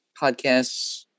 podcasts